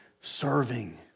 serving